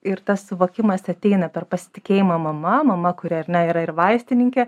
ir tas suvokimas ateina per pasitikėjimą mama mama kuri ar ne yra ir vaistininkė